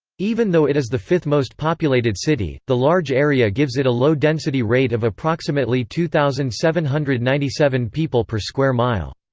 even though it is the fifth most populated city, the large area gives it a low density rate of approximately two thousand seven hundred and ninety seven people per square mile.